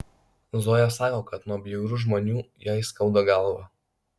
zoja sako kad nuo bjaurių žmonių jai skauda galvą